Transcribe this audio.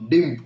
Dim